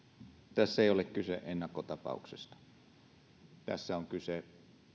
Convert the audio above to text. tässä ei ole kyse ennakkotapauksesta tässä on kyse